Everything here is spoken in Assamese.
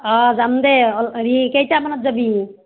অঁ যাম দে হেৰি কেইটামানত যাবি